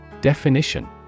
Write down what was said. Definition